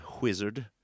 wizard